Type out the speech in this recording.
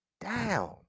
down